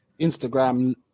Instagram